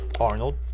Arnold